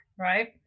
right